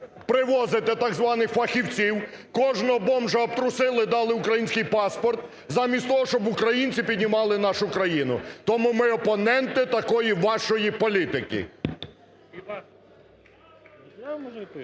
привозите так званих фахівців, кожного бомжа обтрусили, дали український паспорт, замість того, щоб українці піднімали нашу країну. То ми опоненти такої вашої політики.